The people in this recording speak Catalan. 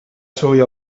assolir